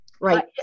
right